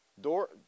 door